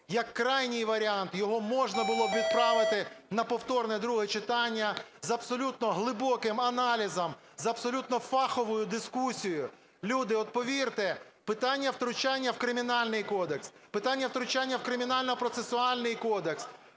Як крайній варіант його можна було б відправити на повторне друге читання з абсолютно глибоким аналізом, з абсолютно фаховою дискусією. Люди, от повірте, питання втручання у Кримінальний кодекс, питання втручання у Кримінально-процесуальний кодекс,